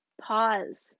pause